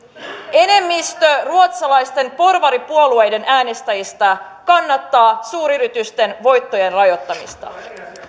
enemmistö ruotsalaisten porvaripuolueiden äänestäjistä kannattaa suuryritysten voittojen rajoittamista